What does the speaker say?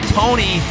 tony